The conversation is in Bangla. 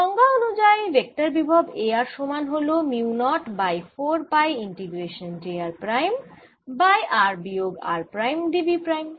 সংজ্ঞা অনুযায়ী ভেক্টর বিভব A r সমান হল mu naught by 4 pi integration j r prime by r বিয়োগ r prime d v prime